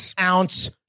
ounce